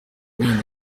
miliyoni